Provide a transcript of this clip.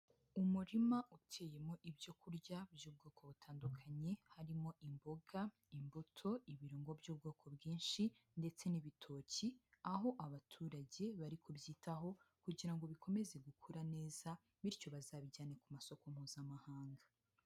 Umurima uteyemo ibyo kurya by'ubwoko butandukanye harimo imboga, imbuto, ibirungo by'ubwoko bwinshi ndetse n'ibitoki, aho abaturage bari kubyitaho kugira ngo bikomeze gukura neza bityo bazabijyane ku masoko Mpuzamahanga.